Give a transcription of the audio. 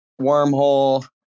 Wormhole